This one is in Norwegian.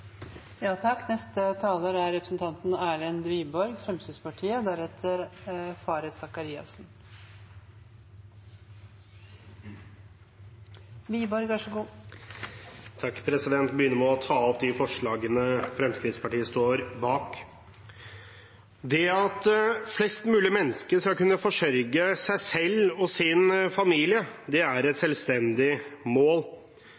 Jeg begynner med å ta opp de forslagene Fremskrittspartiet står bak. Det at flest mulig mennesker skal kunne forsørge seg selv og sin familie, er et selvstendig mål.